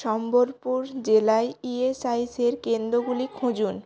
সম্বলপুর জেলায় ইএসআইসির কেন্দ্রগুলি খুঁজুন